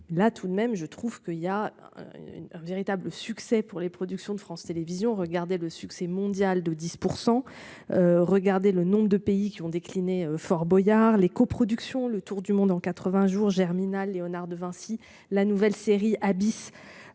Là tout de même, je trouve que il y a. Un véritable succès pour les productions de France Télévisions. Regardez le succès mondial de 10%. Regardez le nombre de pays qui ont décliné Fort Boyard les coproductions, le tour du monde en 80 jours Germinal Léonard de Vinci. La nouvelle série abysses.